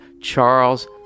Charles